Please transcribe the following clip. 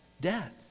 Death